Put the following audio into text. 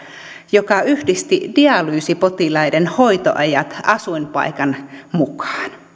joka yhdisti dialyysipotilaiden hoitoajat asuinpaikan mukaan